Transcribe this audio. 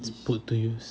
is put to use